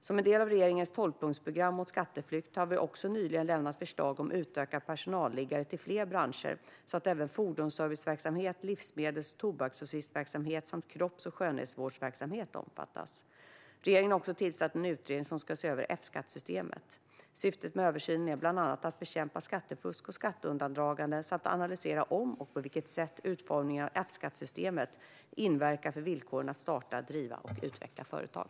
Som en del av regeringens tolvpunktsprogram mot skatteflykt har vi också nyligen lämnat förslag om att utöka personalliggare till fler branscher så att även fordonsserviceverksamhet, livsmedels och tobaksgrossistverksamhet samt kropps och skönhetsvårdsverksamhet omfattas. Regeringen har också tillsatt en utredning som ska se över F-skattesystemet. Syftet med översynen är bland annat att bekämpa skattefusk och skatteundandragande samt att analysera om och på vilket sätt utformningen av F-skattesystemet inverkar på villkoren för att starta, driva och utveckla företag.